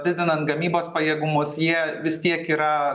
didinant gamybos pajėgumus jie vis tiek yra